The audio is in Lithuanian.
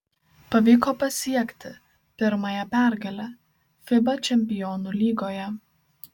pavyko pasiekti pirmąją pergalę fiba čempionų lygoje